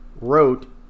wrote